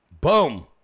Boom